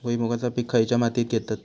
भुईमुगाचा पीक खयच्या मातीत घेतत?